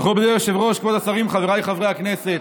מכובדי היושב-ראש, כבוד השרים, חבריי חברי הכנסת,